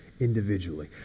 individually